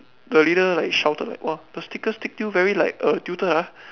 the leader like shouted like !wah! the sticker stick till very like err tilted ah